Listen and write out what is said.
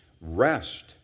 Rest